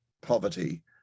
poverty